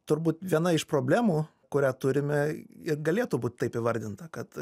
turbūt viena iš problemų kurią turime ir galėtų būt taip įvardinta kad